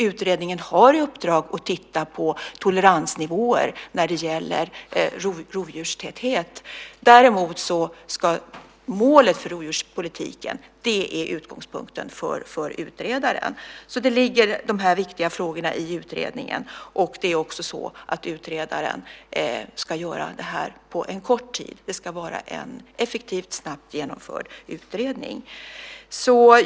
Utredningen har i uppdrag att titta på toleransnivåer när det gäller rovdjurstäthet. Men målet för rovdjurspolitiken är utgångspunkten för utredaren. De här viktiga frågorna ligger i utredningen, och utredningen ska göras på en kort tid. Det ska vara en effektivt och snabbt genomförd utredning.